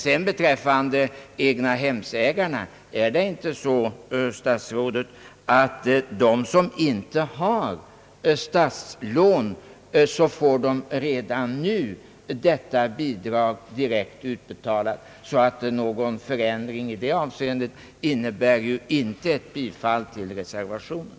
Och är det inte så beträffande egnahemsägarna att de som inte har statslån redan nu får detta bidrag direkt utbetalat? Någon förändring i det avseendet innebär alltså inte ett bifall till reservationen.